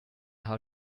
how